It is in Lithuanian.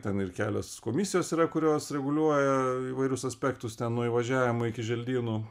ten ir kelios komisijos yra kurios reguliuoja įvairius aspektus ten nuo įvažiavimo iki želdynų